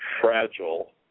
fragile